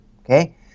okay